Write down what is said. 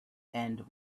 end